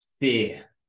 fear